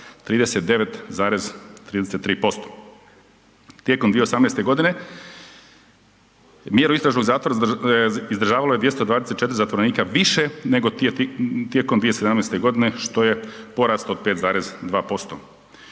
39,33%. Tijekom 2018. godine mjeru istražnog zatvora izdržavalo je 224 zatvorenika više nego tijekom 2017. godine što je porast od 5,2%.